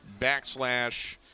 backslash